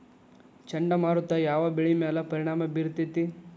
ಚಂಡಮಾರುತ ಯಾವ್ ಬೆಳಿ ಮ್ಯಾಲ್ ಪರಿಣಾಮ ಬಿರತೇತಿ?